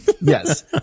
Yes